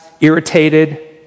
irritated